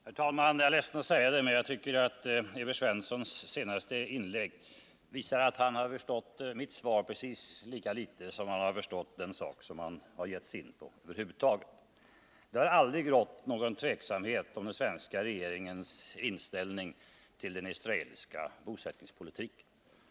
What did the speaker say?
Herr talman! Jag är ledsen att behöva säga det, men jag tycker att Evert Svenssons inlägg visar att han har förstått mitt svar precis lika litet som han har förstått den sak han har gett sig in på. Det har aldrig rått något tvivel om den svenska regeringens inställning till den israeliska bosättningspolitiken.